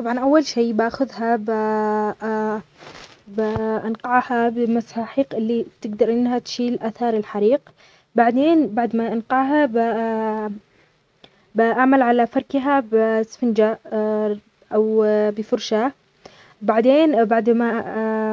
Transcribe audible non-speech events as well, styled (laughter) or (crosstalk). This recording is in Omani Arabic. طبعاً أول شي بأخذها ب (hesitation) بأنقعها بمساحيق اللي تقدر إنها تشيل أثار الحريق بعدين بعد ما أنقعها ب (hesitation) بأعمل على فركها ب (hesitation) سفنجة (hesitation) أو بفرشة بعدين بعد ما